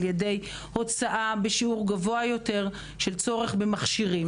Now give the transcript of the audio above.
על ידי הוצאה בשיעור גבוה יותר בעזרת מכשירים.